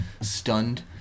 stunned